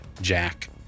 Jack